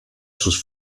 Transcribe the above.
sus